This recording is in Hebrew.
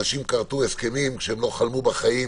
אנשים כרתו הסכמים כשהם לא חלמו בחיים